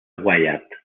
wyatt